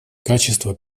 качества